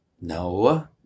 no